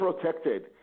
protected